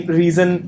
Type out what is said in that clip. reason